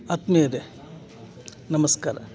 ಆತ್ಮೀಯರೆ ನಮಸ್ಕಾರ